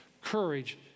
Courage